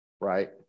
right